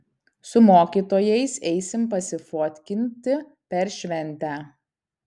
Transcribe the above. su mokytojais eisim pasifotkinti per šventę